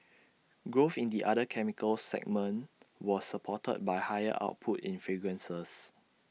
growth in the other chemicals segment was supported by higher output in fragrances